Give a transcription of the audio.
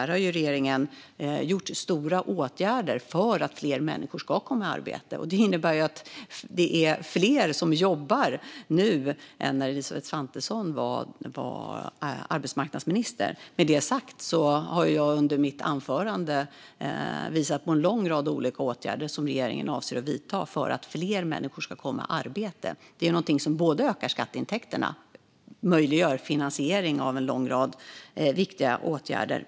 Regeringen har gjort stora åtgärder för att fler ska komma i arbete. Det innebär att det är fler som jobbar nu än när Elisabeth Svantesson var arbetsmarknadsminister. Med det sagt har jag under mitt anförande visat på en lång rad olika åtgärder som regeringen avser att vidta för att fler människor ska komma i arbete. Det är någonting som ökar skatteintäkterna och möjliggör finansiering av en lång rad viktiga åtgärder.